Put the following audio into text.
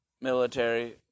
Military